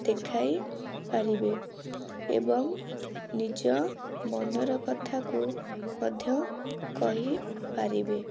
ଦେଖାଇ ପାରିବେ ଏବଂ ନିଜ ମନର କଥାକୁ ମଧ୍ୟ କହି ପାରିବେ